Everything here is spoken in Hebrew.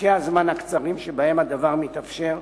פרקי הזמן הקצרים שבהם הדבר מתאפשר,